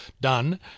done